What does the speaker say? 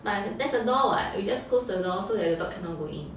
but there's a door [what] just close the door so that the dog cannot go in